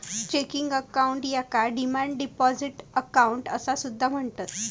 checking account याका demand deposit account असा सुद्धा म्हणतत